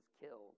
killed